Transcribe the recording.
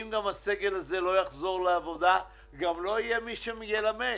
אם הסגל הזה לא יחזור לעבודה - לא יהיה מי שילמד.